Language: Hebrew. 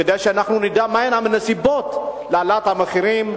כדי שאנחנו נדע מהן הנסיבות של העלאת המחירים,